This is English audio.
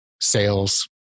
sales